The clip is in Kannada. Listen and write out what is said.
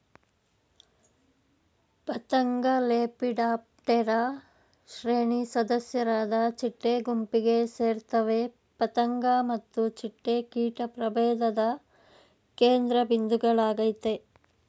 ಪತಂಗಲೆಪಿಡಾಪ್ಟೆರಾ ಶ್ರೇಣಿ ಸದಸ್ಯರಾದ ಚಿಟ್ಟೆ ಗುಂಪಿಗೆ ಸೇರ್ತವೆ ಪತಂಗ ಮತ್ತು ಚಿಟ್ಟೆ ಕೀಟ ಪ್ರಭೇಧದ ಕೇಂದ್ರಬಿಂದುಗಳಾಗಯ್ತೆ